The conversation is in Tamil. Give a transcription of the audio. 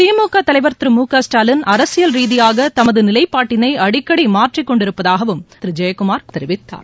திமுக தலைவர் திரு மு க ஸ்டாலின் அரசியல் ரீதியாக தமது நிலைப்பாட்டினை அடிக்கடி மாற்றிக் கொண்டிருப்பதாகவும் திரு ஜெயக்குமார் தெரிவித்தார்